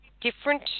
different